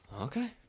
Okay